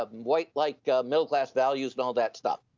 um white, like middle-class values and all that stuff.